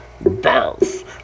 Bounce